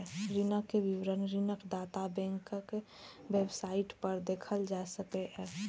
ऋणक विवरण ऋणदाता बैंकक वेबसाइट पर देखल जा सकैए